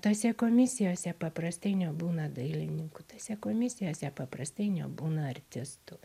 tose komisijose paprastai nebūna dailininkų tose komisijose paprastai nebūna artistų